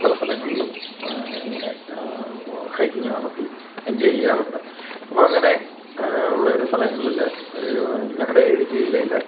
പല സ്ഥലങ്ങളിലും ഇങ്ങനെ ഹൈക്കിങ് നടത്തി എൻജോയി ചെയ്യാറുണ്ട് അപ്പം അങ്ങനെ ഉള്ള ഒരു സ്ഥലങ്ങളിൽ ഞങ്ങളുടെ ഇടുക്കി ജില്ലയിൽ